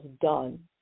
done